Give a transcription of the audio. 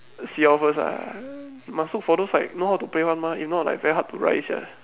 see how first ah must look for those like know how to play one mah if not like very hard to rise sia